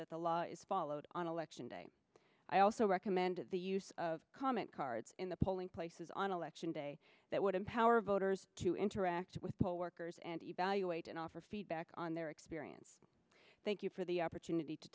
that the law is followed on election day i also recommend the use of comment cards in the polling places on election day that would empower voters to interact with poll workers and evaluate and offer feedback on their experience thank you for the opportunity to